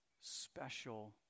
special